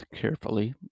carefully